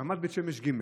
ברמת בית שמש ג',